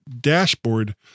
dashboard